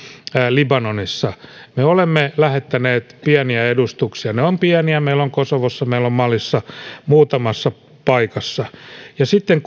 libanonissa me olemme lähettäneet pieniä edustuksia ne ovat pieniä meillä on kosovossa meillä on malissa muutamassa paikassa sitten